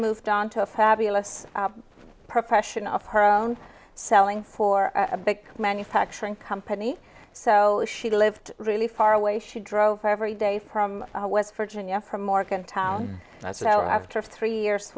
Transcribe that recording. moved on to a fabulous profession of her own selling for a big manufacturing company so she lived really far away she drove every day from west virginia from morgantown so after three years